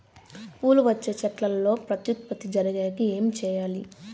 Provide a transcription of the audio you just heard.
పూలు వచ్చే చెట్లల్లో ప్రత్యుత్పత్తి జరిగేకి ఏమి చేయాలి?